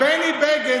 בני בגין